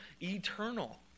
eternal